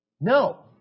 No